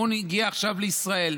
והוא הגיע עכשיו לישראל.